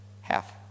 Half